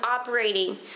operating